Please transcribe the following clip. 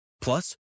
Plus